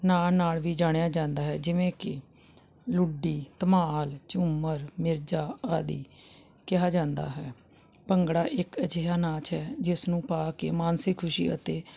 ਨਾਂ ਨਾਲ ਵੀ ਜਾਣਿਆ ਜਾਂਦਾ ਹੈ ਜਿਵੇਂ ਕਿ ਲੁੱਡੀ ਧਮਾਲ ਝੂਮਰ ਮਿਰਜ਼ਾ ਆਦਿ ਕਿਹਾ ਜਾਂਦਾ ਭੰਗੜਾ ਇੱਕ ਅਜਿਹਾ ਨਾਚ ਹੈ ਜਿਸ ਨੂੰ ਪਾ ਕੇ ਮਾਨਸਿਕ ਖੁਸ਼ੀ ਅਤੇ